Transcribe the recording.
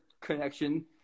connection